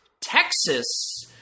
Texas